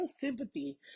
sympathy